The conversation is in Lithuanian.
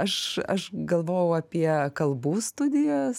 aš aš galvojau apie kalbų studijas